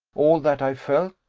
all that i felt,